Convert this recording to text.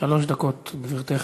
שלוש דקות לרשותך,